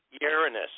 Uranus